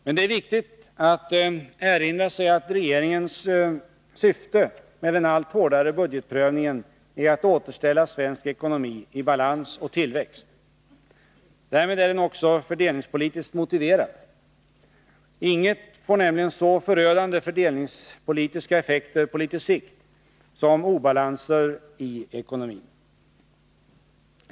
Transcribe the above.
Men det är viktigt att erinra sig att regeringens syfte med den allt hårdare budgetprövningen är att återställa svensk ekonomi i balans och tillväxt. Därmed är den också fördelningspolitiskt motiverad. Inget får nämligen så förödande fördelningspolitiska effekter på litet sikt som obalanser i ekonomin.